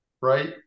right